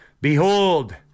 Behold